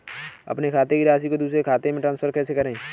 अपने खाते की राशि को दूसरे के खाते में ट्रांसफर कैसे करूँ?